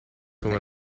come